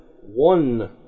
one